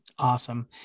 Awesome